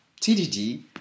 TDD